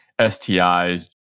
STIs